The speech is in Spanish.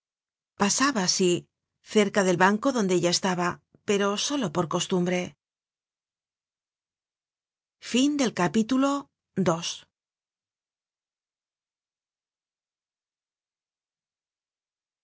pasaba sí cerca del banco donde ella estaba pero solo por costumbre content from